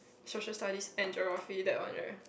social studies and geography that one right